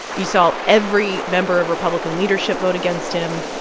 you saw every member of republican leadership vote against him.